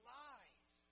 lies